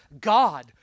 God